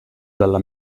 dalla